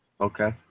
Okay